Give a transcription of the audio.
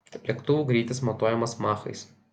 lėktuvų greitis matuojamas machais